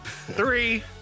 Three